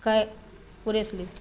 कै तोरे से